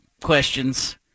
questions